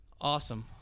Awesome